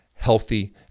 healthy